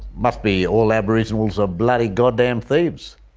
must be all aboriginals are bloody goddamn thieves.